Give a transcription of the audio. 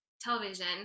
television